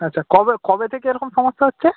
আচ্ছা কবে কবে থেকে এরকম সমস্যা হচ্ছে